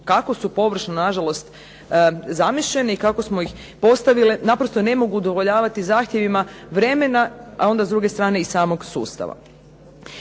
kako su površno nažalost zamišljene i kako smo ih postavili, naprosto ne mogu udovoljavati zahtjevima vremena, a onda s druge strane i samog sustava.